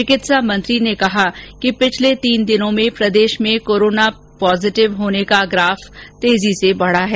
चिकित्सा मंत्री ने कहा कि पिछले तीन दिनों में प्रदेश में कोरोना पॉजीटिव का ग्राफ तेजी से बढा है